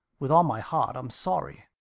with all my heart i'm sorry.